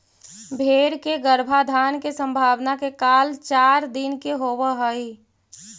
भेंड़ के गर्भाधान के संभावना के काल चार दिन के होवऽ हइ